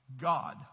God